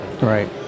Right